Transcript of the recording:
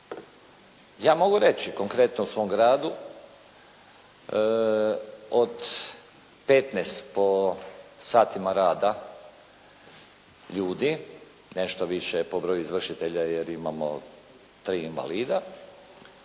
ja mogu reći konkretno o svom gradu od 15 po satima rada ljudi nešto više po broju izvršitelja jer imamo tri invalida